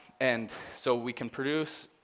and so we can produce